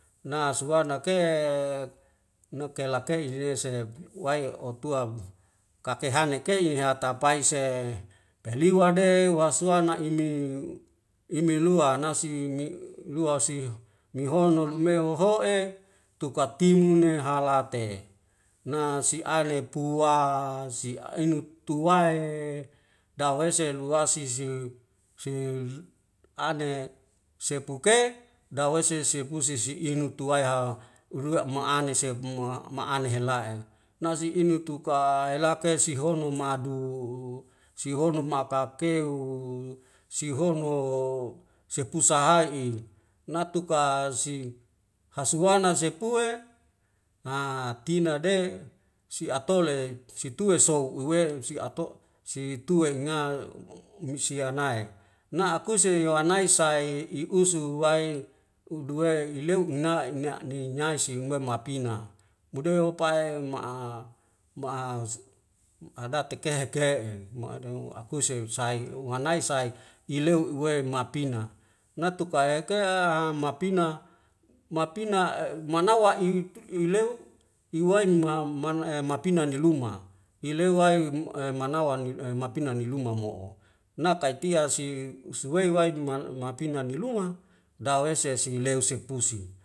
Nasuwana ke e nakelak kei ihneseb wai o tuam kake hane kei hi hatapae se pehlihwade wasuana na'imeu imelua nasi mi lua siuh mohono meu whoho'e tikatimune halate nasi ane puasi inuk tuwae dawese luasisiu siu siuz ane sepuke dawesi sipusisi inu tuwae ha uru'a ma'ane sepmua ma'ane hela'e nasi inu tu kae lake si hono madu sihono makak keu sihono sepusahai'i natuka si hasuana sepue a tinade si'atole situe sou uwewe si'ato situe nga misianae na'akuse yowanai sai i usu wae uduwei ileuk nga na'ni nyaisi ume mapina mudeu pai ma'a ma'az adatekehe kehe' akuse husai wanai sai ileu uwei mapina natuka ekea a mapina mapina e'e manawa iwiw tuk iweleu iwai ma mana'e mapina ni luma ileu wai um manawa wani'e wapina ni luma mo'o na kaitia si suwei wait mal mapina ni luma dawese se sileu sepusi